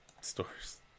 stores